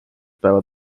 päeva